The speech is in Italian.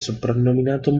soprannominato